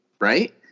right